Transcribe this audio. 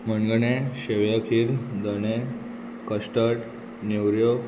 मनगणें शेवया खीर दणें कस्टड नेवऱ्यो